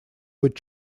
быть